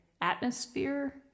atmosphere